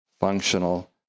functional